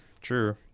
true